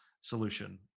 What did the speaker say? solution